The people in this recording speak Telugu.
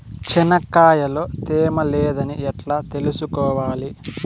చెనక్కాయ లో తేమ లేదని ఎట్లా తెలుసుకోవాలి?